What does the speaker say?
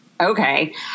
okay